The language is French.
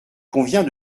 convient